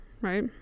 right